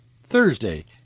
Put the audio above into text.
Thursday